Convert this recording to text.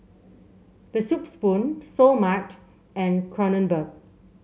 The Soup Spoon Seoul Mart and Kronenbourg